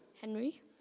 Henry